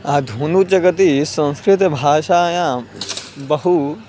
आधुनिकजगति संस्कृतभाषायां बहु